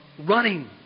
running